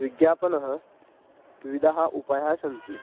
विज्ञापनाः विविधाः उपयाः सन्ति